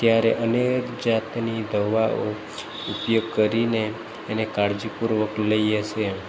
ત્યારે અનેક જાતની દવાઓ ઉપયોગ કરીને એને કાળજીપૂર્વક લઈએ છીએ